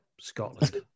Scotland